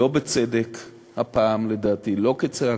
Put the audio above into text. לא בצדק הפעם, לדעתי, לא כצעקתה,